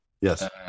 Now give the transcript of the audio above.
yes